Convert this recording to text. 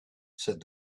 said